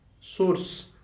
source